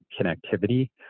connectivity